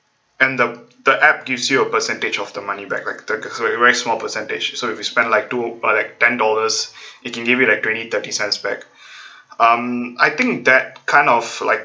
and the the app gives you a percentage of the money back like a very small percentage so if you spend like two uh like ten dollars it can give me like twenty thirty cents back um I think that kind of like